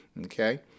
okay